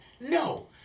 No